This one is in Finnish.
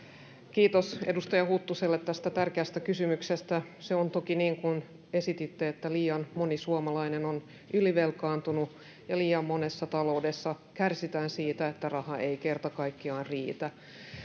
kiitos edustaja huttuselle tästä tärkeästä kysymyksestä se on toki niin kuin esititte että liian moni suomalainen on ylivelkaantunut ja liian monessa taloudessa kärsitään siitä että raha ei kerta kaikkiaan riitä